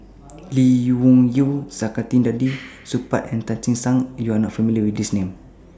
Lee Wung Yew Saktiandi Supaat and Tan Che Sang YOU Are not familiar with These Names